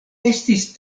estis